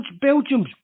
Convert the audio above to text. Belgium